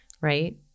Right